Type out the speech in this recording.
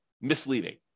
misleading